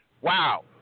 wow